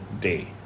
day